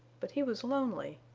but he was lonely,